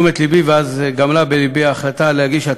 הפנו את תשומת לבי ואז הוחלט להגיש.